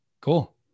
Cool